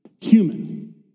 human